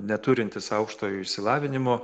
neturintis aukštojo išsilavinimo